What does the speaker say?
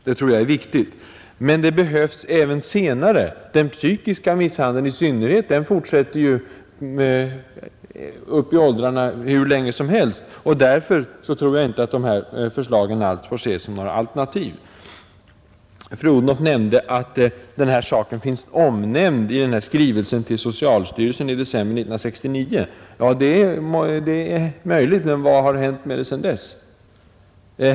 Det tror jag är viktigt. Men det behövs även senare. Den psykiska misshandeln i synnerhet fortsätter ju hur långt upp som helst i åldrarna. Därför tror jag inte att de här förslagen bör ses som några alternativ. Fru Odhnoff framhöll att denna fråga finns omnämnd i skrivelsen till socialstyrelsen i december 1969. Det är möjligt. Men vad har hänt sedan dess?